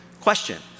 Question